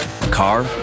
car